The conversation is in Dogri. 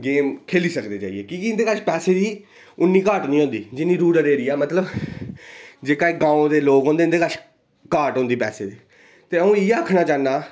गेम खेढी सकदे जाइयै कि के इं'दे कश पैसे दी उन्नी काट नेईं होंदी जिन्नी रुरल एरिया मतलब जेहका ग्रां दे लोक होंदे इं'दे कश काट होंदी पैसे दी ते अ'ऊं इ'यै आखना चाह्न्नां